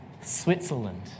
Switzerland